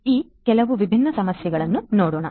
ಆದ್ದರಿಂದ ಈ ಕೆಲವು ವಿಭಿನ್ನ ಸಮಸ್ಯೆಗಳನ್ನು ನೋಡೋಣ